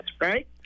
right